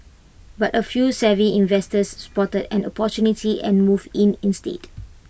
but A few savvy investors spotted an opportunity and moved in instead